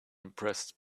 impressed